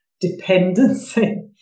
dependency